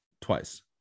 twice